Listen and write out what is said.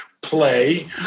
play